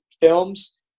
films